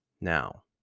Now